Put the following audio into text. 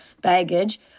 baggage